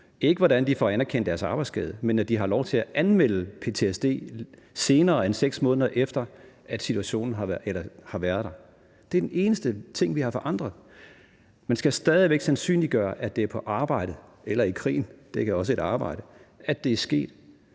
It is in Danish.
om, hvordan de får anerkendt deres arbejdsskade, men at de har lov til at anmelde ptsd senere end 6 måneder efter, at situationen har været der. Det er den eneste ting, vi har forandret. Man skal stadig væk sandsynliggøre, at det er på arbejdet eller i krigen – det er også